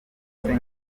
nkaho